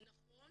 נכון